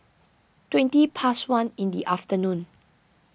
twenty past one in the afternoon